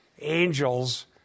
angels